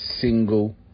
single